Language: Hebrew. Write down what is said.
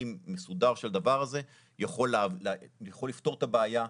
מסודר של הדבר הזה יכול לפתור את הבעיה,